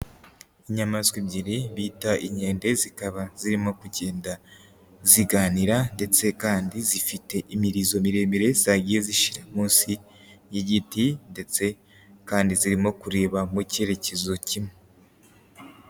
Inyamaswa ebyiri bita inkende zikaba zirimo kugenda ziganira ndetse kandi zifite imirizo miremire zagiye zishyira munsi y'igiti ndetse kandi zirimo kureba mu cyerekezo kimwe.